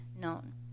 known